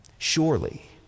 surely